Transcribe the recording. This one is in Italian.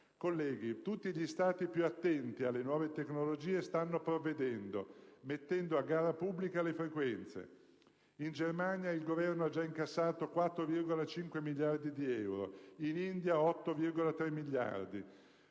Colleghi, tutti gli Stati più attenti alle nuove tecnologie stanno provvedendo, mettendo a gara pubblica le frequenze. In Germania il Governo ha già incassato 4,5 miliardi di euro; in India 8,3 miliardi.